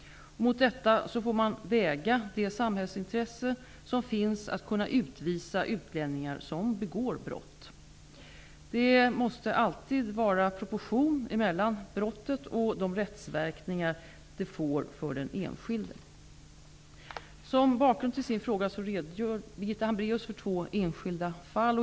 Mot detta får man väga det samhällsintresse som finns att kunna utvisa utlänningar som begår brott. Det måste alltid vara proportion mellan brottet och de rättsverkningar det får för den enskilde. Som bakgrund till sin fråga redogör Birgitta Hambraeus för två enskilda fall.